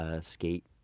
Skate